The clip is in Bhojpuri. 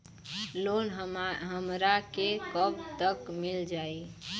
लोन हमरा के कब तक मिल जाई?